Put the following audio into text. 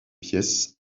pièces